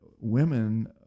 women